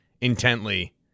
intently